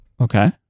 Okay